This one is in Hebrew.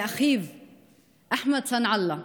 ואחיו אחמד סנעאללה,